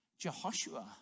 Jehoshua